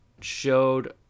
showed